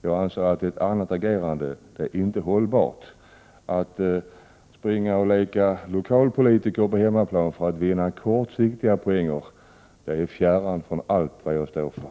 Jag anser att något annat agerande inte är hållbart. Att springa och leka lokalpolitiker för att vinna kortsiktiga poänger på hemmaplan är fjärran från allt vad jag står för.